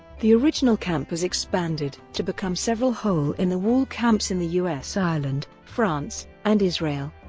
the original camp has expanded to become several hole in the wall camps in the u s. ireland, france, and israel.